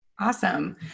Awesome